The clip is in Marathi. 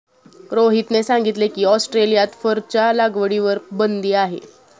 रोहितने सांगितले की, ऑस्ट्रेलियात फरच्या लागवडीवर बंदी आहे